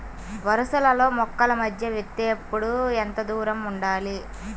వరసలలో మొక్కల మధ్య విత్తేప్పుడు ఎంతదూరం ఉండాలి?